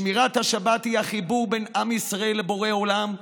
שמירת השבת היא החיבור בין עם ישראל לבורא עולם,